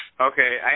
Okay